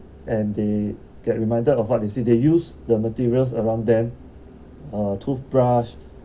and they get reminded of what they said they use the materials around them uh toothbrush